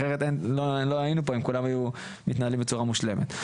אחרת לא היינו פה אם כולם היו מתנהלים בצורה מושלמת.